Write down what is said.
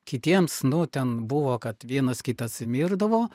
kitiems nu ten buvo kad vienas kitas mirdavo